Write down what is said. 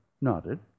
nodded